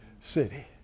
city